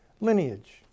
lineage